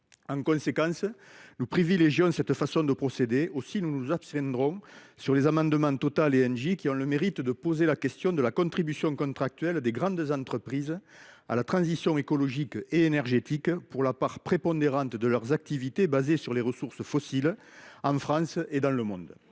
En conséquence, nous privilégions cette façon de procéder. Aussi, nous nous abstiendrons sur les amendements n II 573 et II 574 qui ont le mérite de poser la question de la contribution des grandes entreprises à la transition écologique et énergétique pour la part prépondérante de leurs activités basées sur les ressources fossiles en France et dans le monde.